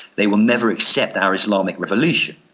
they will never accept our islamic revolution.